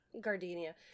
Gardenia